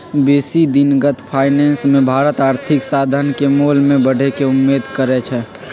बेशी दिनगत फाइनेंस मे भारत आर्थिक साधन के मोल में बढ़े के उम्मेद करइ छइ